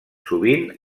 sovint